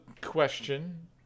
question